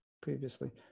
previously